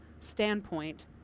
standpoint